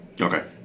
Okay